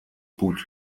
путь